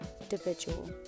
individual